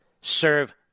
serve